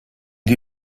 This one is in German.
die